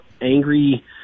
angry –